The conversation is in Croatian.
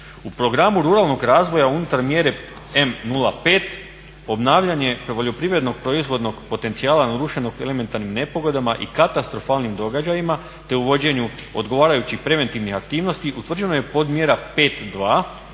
U programu ruralnog razvoja unutar mjere M05 obnavljanje poljoprivrednog proizvodnog potencijala narušenog elementarnih nepogodama i katastrofalnim događajima te uvođenju odgovarajućih preventivnih aktivnosti utvrđena je podmjera 5.2